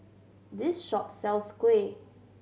this shop sells kuih